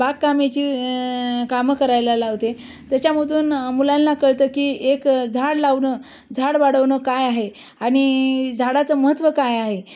बागकामाची कामं करायला लावते त्याच्यामधून मुलांना कळतं की एक झाड लावणं झाड वाढवणं काय आहे आणि झाडाचं महत्त्व काय आहे